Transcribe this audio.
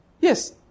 Yes